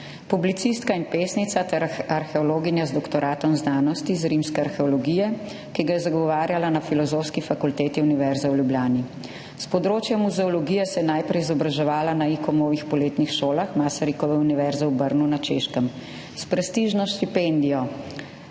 publicistka in pesnica ter arheologinja z doktoratom znanosti iz rimske arheologije, ki ga je zagovarjala na Filozofski fakulteti Univerze v Ljubljani. S področja muzeologije se je najprej izobraževala na poletnih šolah ICOM Masarykove univerze v Brnu na Češkem. S prestižno štipendijo